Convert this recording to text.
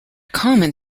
common